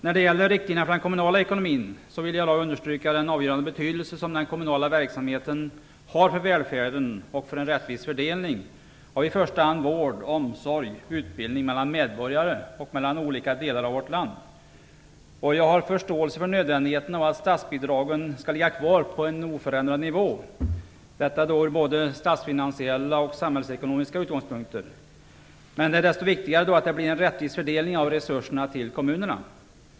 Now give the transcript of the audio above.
När det gäller riktlinjerna för den kommunala ekonomin vill jag understryka den avgörande betydelse som den kommunala verksamheten har för välfärden och för en rättvis fördelning av i första hand vården, omsorgen och utbildningen mellan medborgarna och olika delar av vårt land. Jag har förståelse för att det, med tanke på både de statsfinansiella och de samhällsekonomiska utgångspunkterna, är nödvändigt att statsbidragen ligger kvar på en oförändrad nivå. Men då är det desto viktigare att det blir en rättvis fördelning av resurserna till kommunerna.